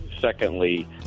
Secondly